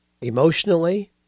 emotionally